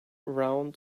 round